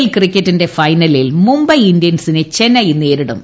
L ക്രിക്കറ്റിന്റെ ഫൈനലിൽ മുംബൈ ഇന്ത്യൻസിനെ ചെന്നൈ നേരിടും